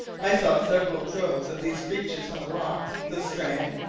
i saw several droves of these creatures on the rocks, the strand,